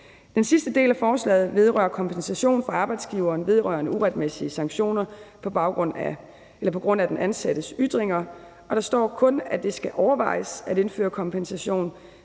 Den sidste del af forslaget vedrører kompensation fra arbejdsgiveren vedrørende uretmæssige sanktioner på grund af den ansattes ytringer. Der står kun, at det skal overvejes at indføre kompensation.